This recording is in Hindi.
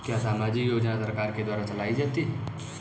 क्या सामाजिक योजना सरकार के द्वारा चलाई जाती है?